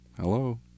Hello